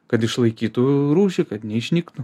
kad išlaikytų rūšį kad neišnyktų